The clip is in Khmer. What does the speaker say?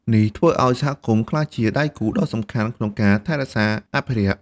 នេះធ្វើឱ្យសហគមន៍ក្លាយជាដៃគូដ៏សំខាន់ក្នុងការថែរក្សាអភិរក្ស។